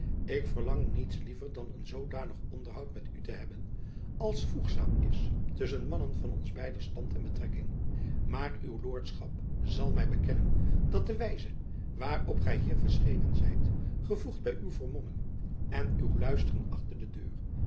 ik verlang niets liever dan een zoodanig onderhoud met u te hebben als voegzaam is tusschen mannen van ons beider stand en betrekking maar uw lordschap zal my bekennen dat de wijze waarop gy hier verschenen zijt gevoegd by uw vermomming en uw luisteren achter de deur